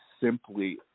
simply